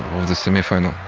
the semifinal.